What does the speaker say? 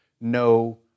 no